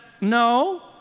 no